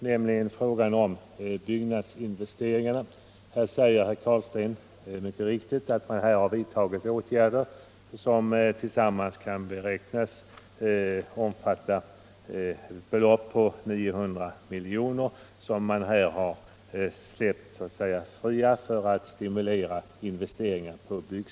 Han konstaterade mycket riktigt att åtgärder vidtagits som tillsammans beräknas omfatta ca 900 milj.kr. Det är kapital som så att säga har släppts fritt för att stimulera byggnadsinvesteringar.